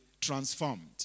transformed